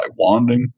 wanding